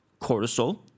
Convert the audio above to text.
cortisol